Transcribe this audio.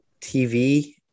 TV